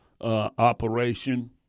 operation